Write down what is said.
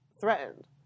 threatened